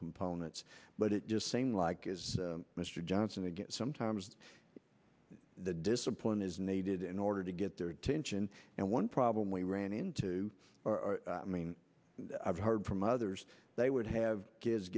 components but it just seemed like as mr johnson to get sometimes the discipline is needed in order to get their attention and one problem we ran into i mean i've heard from others they would have kids